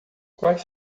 quais